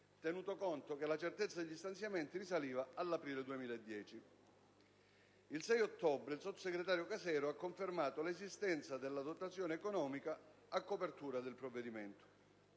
tenuto conto che la certezza degli stanziamenti risaliva all'aprile 2010. Il 6 ottobre, il sottosegretario Casero ha confermato l'esistenza della dotazione economica a copertura del provvedimento.